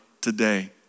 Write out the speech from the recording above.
today